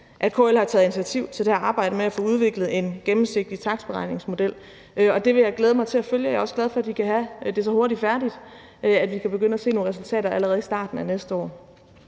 at KL har taget initiativ til det her arbejde med at få udviklet en gennemsigtig takstberegningsmodel, og det vil jeg glæde mig til at følge, og jeg er også glad for, at de kan have det så hurtigt færdigt, at vi kan begynde at se nogle resultater allerede i starten af næste år.